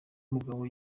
mugabo